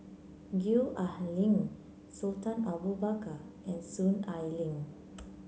Gwee Ah Leng Sultan Abu Bakar and Soon Ai Ling